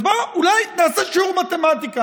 אז בואו אולי נעשה שיעור מתמטיקה.